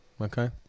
okay